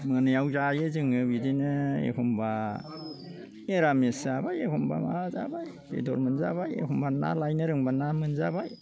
मोनायाव जायो जोङो बिदिनो एखमबा मिरामिस जाबाय एखम्बा माबा जाबाय बेदर मोनजाबाय एखम्बा ना लायनो रोंबा ना मोनजाबाय